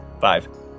Five